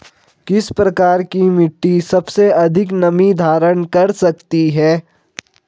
किस प्रकार की मिट्टी सबसे अधिक नमी धारण कर सकती है?